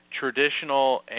traditional